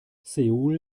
seoul